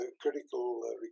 critical